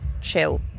chill